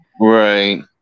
Right